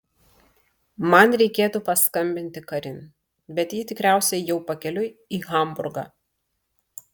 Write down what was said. man reikėtų paskambinti karin bet ji tikriausiai jau pakeliui į hamburgą